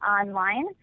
online